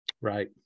right